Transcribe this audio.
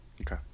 Okay